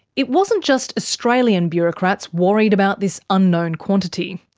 it wasn't just australian bureaucrats worried about this unknown quantity.